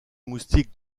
moustiques